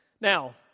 Now